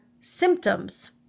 symptoms